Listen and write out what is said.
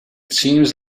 seems